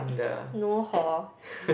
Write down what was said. no hor